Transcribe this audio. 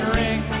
ring